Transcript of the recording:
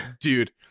dude